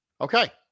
Okay